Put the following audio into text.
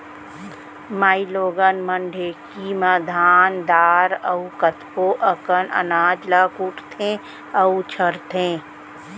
माइलोगन मन ढेंकी म धान दार अउ कतको अकन अनाज ल कुटथें अउ छरथें